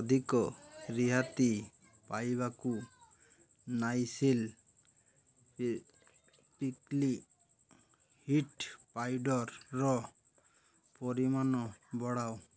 ଅଧିକ ରିହାତି ପାଇବାକୁ ନାଇସିଲ୍ ପ୍ରିକ୍ଲି ହିଟ୍ ପାଉଡ଼ର୍ର ପରିମାଣ ବଢ଼ାଅ